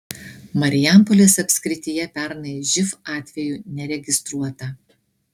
marijampolės apskrityje pernai živ atvejų neregistruota